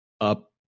up